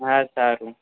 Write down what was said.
હા સારું